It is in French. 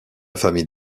famille